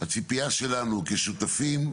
הציפייה שלנו כשותפים,